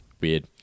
weird